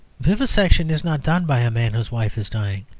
vivisection is not done by a man whose wife is dying.